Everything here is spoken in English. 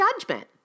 judgment